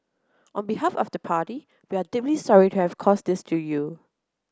on behalf of the party we are deeply sorry to have caused this to you